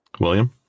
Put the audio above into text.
William